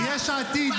קרא לראש הממשלה נבל.